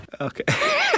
Okay